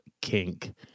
kink